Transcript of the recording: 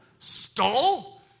stole